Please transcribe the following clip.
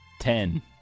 Ten